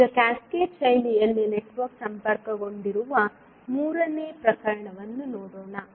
ಈಗ ಕ್ಯಾಸ್ಕೇಡ್ ಶೈಲಿಯಲ್ಲಿ ನೆಟ್ವರ್ಕ್ ಸಂಪರ್ಕಗೊಂಡಿರುವ ಮೂರನೇ ಪ್ರಕರಣವನ್ನು ನೋಡೋಣ